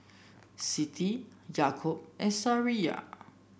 Siti Yaakob and Safiya